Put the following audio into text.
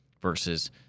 versus